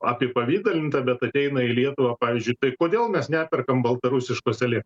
apipavidalinta bet ateina į lietuvą pavyzdžiui tai kodėl mes neperkam baltarusiškos elėktros